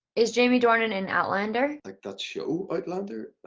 is jamie dornan in outlander? like that show outlander?